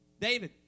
David